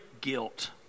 guilt